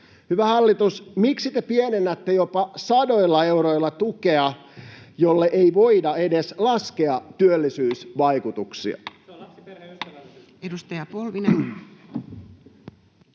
Hyvä hallitus, miksi te pienennätte jopa sadoilla euroilla tukea, jolle ei voida edes laskea työllisyysvaikutuksia?